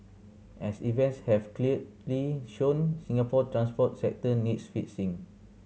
as events have clearly shown Singapore transport sector needs fixing